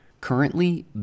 currently